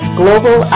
global